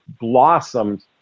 blossomed